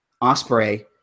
Osprey